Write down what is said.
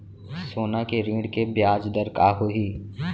सोना के ऋण के ब्याज दर का होही?